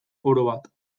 orobat